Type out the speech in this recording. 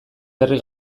herri